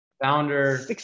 Founder